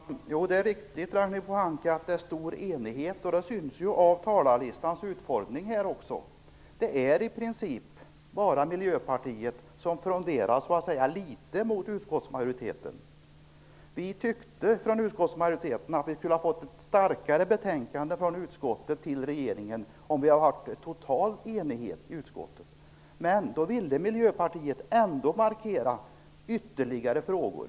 Fru talman! Det är riktigt att det råder stor enighet. Det syns ju också av talarlistan. Det är i princip bara Miljöpartiet som fronderar litet mot utskottsmajoriteten. Vi tyckte i utskottsmajoriteten att vi skulle ha fått ett starkare betänkande från utskottet till regeringen om det hade rått total enighet i utskottet. Miljöpartiet ville ändå markera ytterligare frågor.